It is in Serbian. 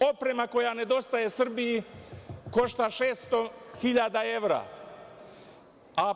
Oprema koja nedostaje Srbiji košta 600 hiljada evra, a